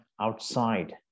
outside